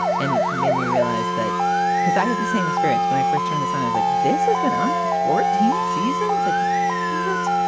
and it made me realize that because i had the same experience when i first turn this on is like this has been on for fourteen seasons like what?